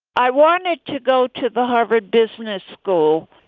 i wanted to go to the harvard business school.